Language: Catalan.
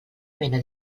mena